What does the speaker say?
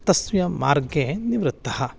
तस्य मार्गे निवृत्तः